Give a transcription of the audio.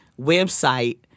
website